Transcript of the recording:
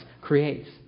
creates